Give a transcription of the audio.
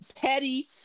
petty